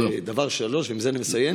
דבר שלישי, עם זה אני מסיים.